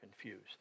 confused